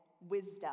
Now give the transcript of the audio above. wisdom